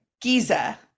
giza